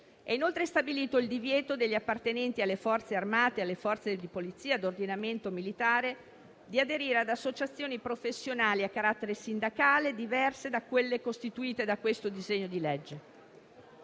È inoltre stabilito il divieto degli appartenenti alle Forze armate e alle Forze di polizia a ordinamento militare di aderire ad associazioni professionali a carattere sindacale diverse da quelle costituite da questo disegno di legge.